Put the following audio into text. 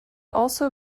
also